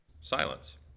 Silence